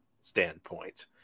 standpoint